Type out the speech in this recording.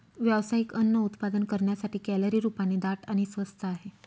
व्यावसायिक अन्न उत्पादन करण्यासाठी, कॅलरी रूपाने दाट आणि स्वस्त आहे